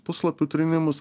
puslapių trynimus